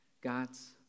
God's